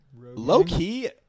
Low-key